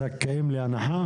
לזכאים להנחה?